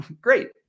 great